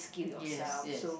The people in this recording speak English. yes yes